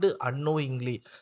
unknowingly